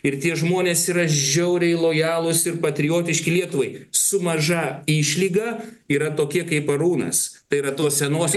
ir tie žmonės yra žiauriai lojalūs ir patriotiški lietuvai su maža išlyga yra tokie kaip arūnas tai yra tos senos